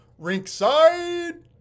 Rinkside